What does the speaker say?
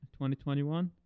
2021